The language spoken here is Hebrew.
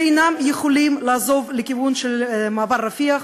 שאינם יכולים לעזוב לכיוון של מעבר רפיח,